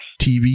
TV